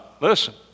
Listen